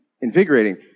invigorating